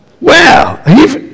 wow